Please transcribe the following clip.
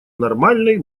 нормальной